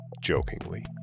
jokingly